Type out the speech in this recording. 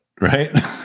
right